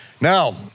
Now